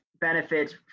benefits